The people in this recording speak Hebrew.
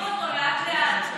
אותו לאט-לאט,